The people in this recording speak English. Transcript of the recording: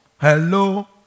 Hello